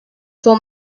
for